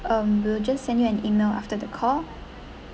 um we'll just send you an email after the call